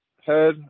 head